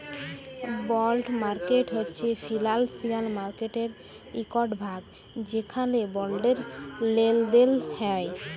বল্ড market হছে financial মার্কেটের ইকট ভাগ যেখালে বল্ডের লেলদেল হ্যয়